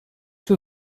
two